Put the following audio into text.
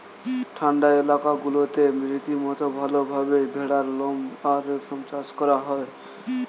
ঠান্ডা এলাকাগুলোতে রীতিমতো ভালভাবে ভেড়ার লোম আর রেশম চাষ করা হয়